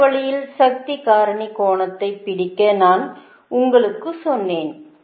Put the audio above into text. அந்த வழியில் சக்தி காரணி கோணத்தை பிடிக்க நான் உங்களுக்கு சொன்னேன்